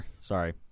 sorry